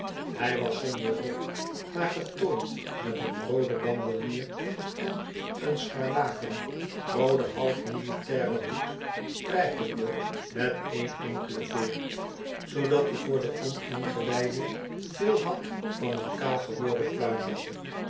hij was zonder rok maar getooid met een rooden bandelier en een scharlaken rooden half militairen hoed prijkende met één enkele veer zoodat die voor den oningewijden veel had van een kaal geworden